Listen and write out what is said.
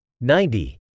Ninety